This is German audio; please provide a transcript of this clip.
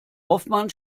hoffmann